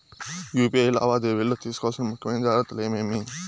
UPI లావాదేవీలలో తీసుకోవాల్సిన ముఖ్యమైన జాగ్రత్తలు ఏమేమీ?